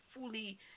fully